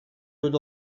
would